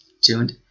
tuned